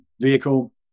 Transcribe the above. vehicle